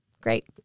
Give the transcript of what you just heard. Great